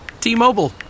T-Mobile